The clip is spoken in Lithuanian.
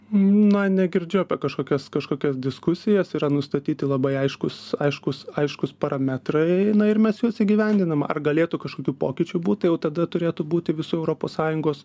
na negirdžiu apie kažkokias kažkokias diskusijas yra nustatyti labai aiškūs aiškūs aiškūs parametrai ir mes juos įgyvendinam ar galėtų kažkokių pokyčių būt tai jau tada turėtų būti visų europos sąjungos